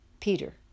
Peter